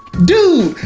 dude!